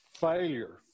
failure